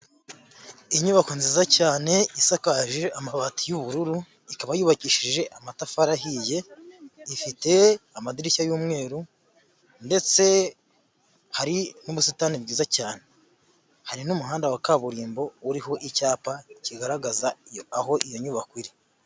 Inyubako nziza cyane isakaje amabati y'ubururu, ikaba yubakishije amatafari ahiye, ifite amadirishya y'umweru ndetse hari n'ubusitani bwiza cyane, hari n'umuhanda wa kaburimbo uriho icyapa kigaragaza aho iyo nyubako iri.